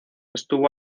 estuvo